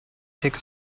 take